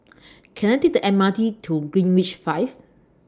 Can I Take The M R T to Greenwich V